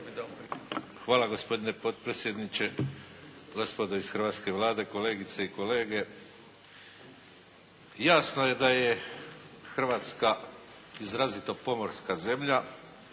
Hvala gospodine potpredsjedniče. Gospodo iz hrvatske Vlade, kolegice i kolege. Jasno je da je Hrvatska izrazito pomorska zemlja.